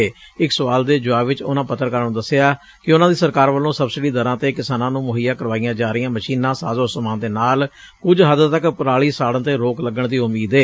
ਮੁੱਖ ਮੰਤਰੀ ਨੇ ਇਕ ਸਵਾਲ ਦੇ ਜ਼ਵਾਬ ਵਿੱਚ ਪੱਤਰਕਾਰਾਂ ਨੂੰ ਦੱਸਿਆ ਕਿ ਉਨ੍ਹਾਂ ਦੀ ਸਰਕਾਰ ਵੱਲੋਂ ਸਬਸਿਡੀ ਦਰਾਂ ਤੇ ਕਿਸਾਨਾਂ ਨੂੰ ਮੁਹੱਈਆ ਕਰਵਾਈਆਂ ਜਾ ਰਹੀਆਂ ਮਸ਼ੀਨਾਂ ਸਾਜ਼ੋ ਸਮਾਨ ਦੇ ਨਾਲ ਕੁੱਝ ਹੱਦ ਤੱਕ ਪਰਾਲੀ ਸਾੜਣ ਤੇ ਰੋਕ ਲੱਗਣ ਦੀ ਉਮੀਦ ਏ